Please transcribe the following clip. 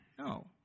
No